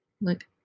look